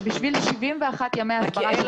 שבשביל 71 ימי הסברה,